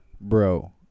Bro